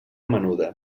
menuda